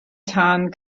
tân